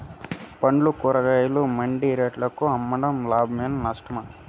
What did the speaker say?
పండ్లు కూరగాయలు మండి రేట్లకు అమ్మడం లాభమేనా నష్టమా?